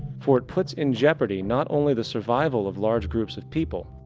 for it puts in jeopardy not only the survival of large groups of people,